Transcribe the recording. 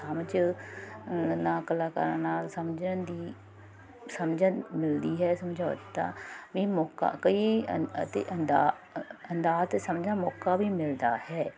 ਸਮਝ ਨਾ ਕਲਾਕਾਰਾਂ ਨਾਲ ਸਮਝਣ ਦੀ ਸਮਝ ਮਿਲਦੀ ਹੈ ਸਮਝਾ ਦਿੱਤਾ ਵੀ ਮੌਕਾ ਕਈ ਅਤੇ ਅੰਦ ਅੰਦਾਜ਼ ਸਮਝਿਆ ਮੌਕਾ ਵੀ ਮਿਲਦਾ ਹੈ